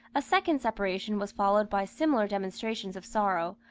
a second separation was followed by similar demonstrations of sorrow,